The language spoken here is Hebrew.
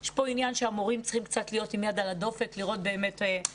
יש פה עניין שהמורים צריכים להיות עם יד על הדופק ולראות מה קורה.